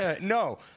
No